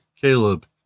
Caleb